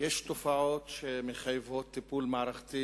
יש תופעות שמחייבות טיפול מערכתי